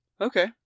Okay